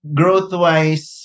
growth-wise